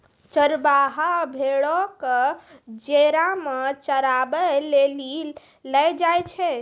चरबाहा भेड़ो क जेरा मे चराबै लेली लै जाय छै